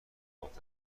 مخاطب